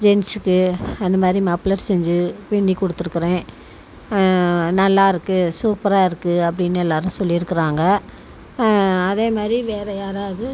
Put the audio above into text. ஜென்ஸுக்கு அந்தமாதிரி மப்ளர் செஞ்சு பின்னி கொடுத்துருக்குறேன் நல்லாருக்குது சூப்பராக இருக்குது அப்டின்னு எல்லோரும் சொல்லிருக்கிறாங்க அதேமாதிரி வேற யாராவது